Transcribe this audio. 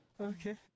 Okay